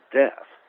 death